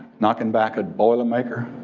knocking back a boilermaker,